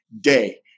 day